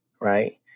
Right